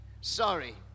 Sorry